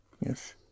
yes